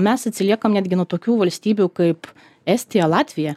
mes atsiliekam netgi nuo tokių valstybių kaip estija latvija